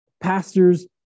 pastors